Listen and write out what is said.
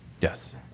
Yes